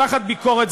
מותחת ביקורת,